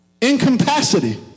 incapacity